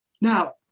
Now